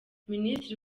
minisitiri